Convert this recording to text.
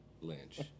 Lynch